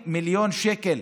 אלה ימים שחורים לכנסת ישראל.